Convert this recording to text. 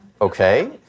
Okay